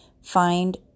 Find